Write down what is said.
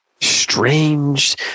Strange